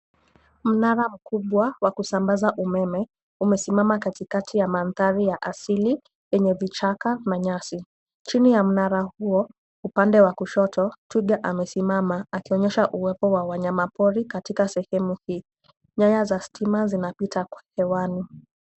Mnara mkubwa wa kusambaza umeme, umesimama katikati ya madhari ya asili, yenye vichaka na nyasi. Chini ya munara huo upande wa kushoto twiga amesimama akionyesha uwepo wa wanyamapori katika sehemu hii nyaya za stima zinapita kwa hewani.